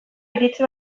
iritsi